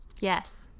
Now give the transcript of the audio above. Yes